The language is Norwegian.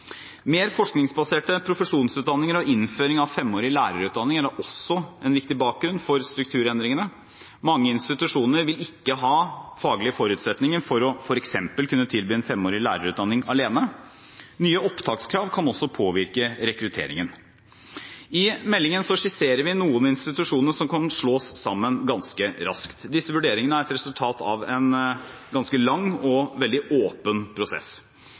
Mer forskningsbaserte profesjonsutdanninger og innføring av femårige lærerutdanninger er også en viktig bakgrunn for strukturendringene. Mange institusjoner vil ikke ha faglige forutsetninger for f.eks. å kunne tilby en femårig lærerutdanning alene. Nye opptakskrav kan også påvirke rekrutteringen. I meldingen skisserer vi noen institusjoner som kan slås sammen ganske raskt. Disse vurderingene er et resultat av en ganske lang og veldig åpen prosess.